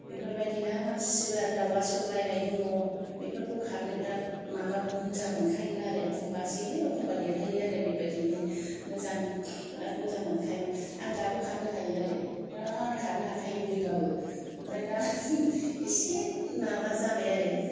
बेफोरबायदि गासिबो आरो दावला सौलायनाय दङ बेफोरखौ खारनो बेराद माबा मोजां मोनखायोमोन आरो एखम्बा जेनो एखम्बा देरहायो आरो बे बायदिनो मोजां बेराद मोजां मोनखायोमोन आं दाबो खारनो हायो आरो बेराद खारनो हाखायो बुरि बाबो ओमफ्राय दा एसे माबा जाबाय आरो